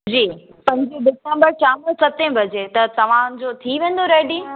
जी पंजवीह डिसेम्बर शाम जो सते बजे त तव्हांजो थी वेंदो रेडी